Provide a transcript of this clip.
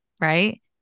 right